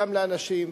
גם לאנשים.